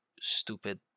stupid